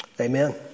Amen